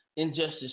Injustice